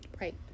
right